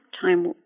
time